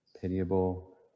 pitiable